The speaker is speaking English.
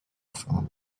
firm